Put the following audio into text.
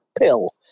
pill